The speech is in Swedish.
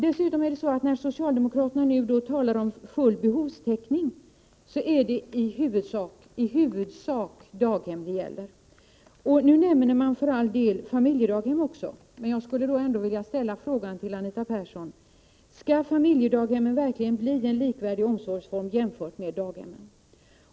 Dessutom är det så, att när socialdemokraterna nu talar om full behovstäckning, så är det i huvudsak daghem det gäller. Man nämner för all del familjedaghem också, men jag skulle ändå vilja fråga Anita Persson: Skall familjedaghemmen verkligen bli en likvärdig omsorgsform jämfört med daghemmen?